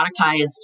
productized